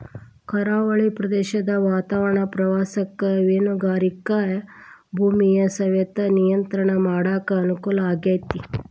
ಕರಾವಳಿ ಪ್ರದೇಶದ ವಾತಾವರಣ ಪ್ರವಾಸಕ್ಕ ಮೇನುಗಾರಿಕೆಗ ಭೂಮಿಯ ಸವೆತ ನಿಯಂತ್ರಣ ಮಾಡಕ್ ಅನುಕೂಲ ಆಗೇತಿ